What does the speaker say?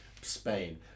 Spain